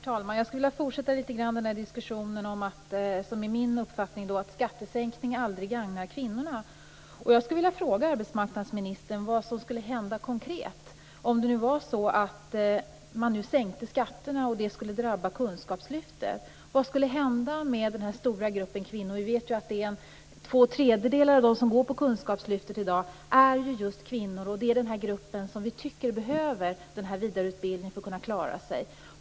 Herr talman! Jag skulle vilja fortsätta diskussionen om att skattesänkning - det är min uppfattning - aldrig gagnar kvinnor. Jag skulle vilja fråga arbetsmarknadsministern vad som skulle hända konkret om man nu sänkte skatterna och det skulle drabba kunskapslyftet. Vad skulle hända med den stora gruppen kvinnor? Vi vet ju att två tredjedelar av dem som går på kunskapslyftet i dag just är kvinnor. Det är den gruppen som vi tycker behöver vidareutbildning för att klara sig.